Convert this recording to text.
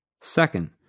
Second